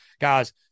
guys